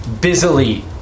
busily